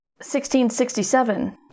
1667